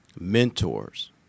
mentors